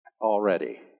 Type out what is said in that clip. already